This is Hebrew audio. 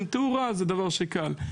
תאורה זה דבר שקל.